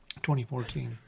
2014